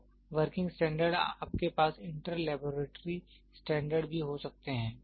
तो working standard आपके पास इंटर लैबोरेट्री स्टैंडर्ड भी हो सकते हैं